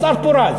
השר פורז.